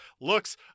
looks